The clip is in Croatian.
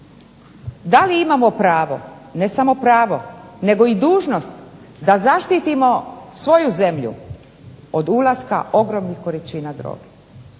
da li imamo pravo, ne samo pravo nego i dužnost da zaštitimo svoju zemlju od ulaska ogromnih količina droge